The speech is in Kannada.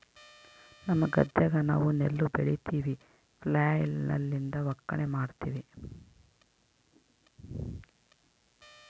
ನಮ್ಮ ಗದ್ದೆಗ ನಾವು ನೆಲ್ಲು ಬೆಳಿತಿವಿ, ಫ್ಲ್ಯಾಯ್ಲ್ ಲಿಂದ ಒಕ್ಕಣೆ ಮಾಡ್ತಿವಿ